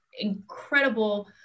incredible